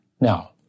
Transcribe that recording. Now